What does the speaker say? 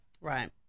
Right